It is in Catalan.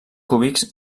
cúbics